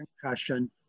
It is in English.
concussion